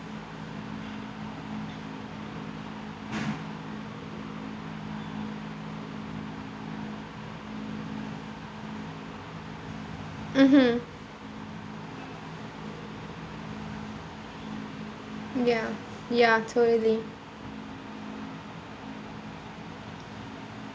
mmhmm ya ya totally